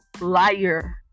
liar